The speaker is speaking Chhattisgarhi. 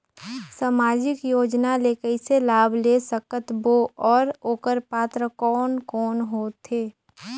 समाजिक योजना ले कइसे लाभ ले सकत बो और ओकर पात्र कोन कोन हो थे?